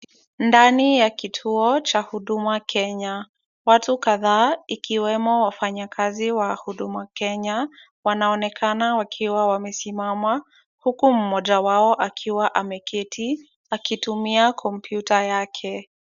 Ndani ya kituo cha Huduma Kenya. Watu kadhaa ikiwemo wafanyakazi wa Huduma Kenya, wanaonekana wakiwa wamesimama, huku mmoja wao akiwa ameketi akitumia kompyuta yake.